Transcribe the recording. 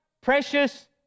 precious